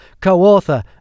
co-author